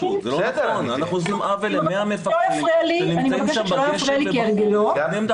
עושים עוול ל-100 מפקחים שנמצאים שם בגשם ובחום.